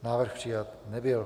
Návrh přijat nebyl.